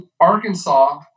Arkansas